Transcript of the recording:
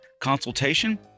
consultation